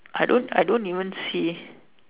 I don't I don't even see